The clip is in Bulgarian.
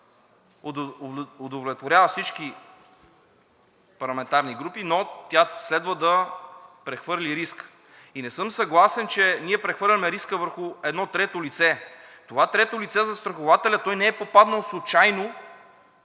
удовлетворява всички парламентарни групи, но тя следва да прехвърли риска. Не съм съгласен, че ние прехвърляме риска върху едно трето лице. Това трето лице – застрахователят, той не е попаднал случайно